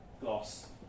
gloss